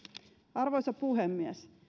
arvoisa puhemies